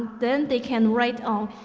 then they can ride on